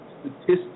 statistics